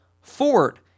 Ford